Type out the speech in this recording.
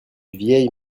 vieille